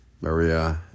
Maria